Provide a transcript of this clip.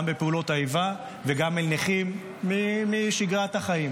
גם בפעולות האיבה וגם נכים משגרת החיים.